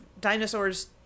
dinosaurs